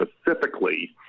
specifically